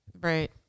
Right